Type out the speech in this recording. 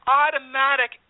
automatic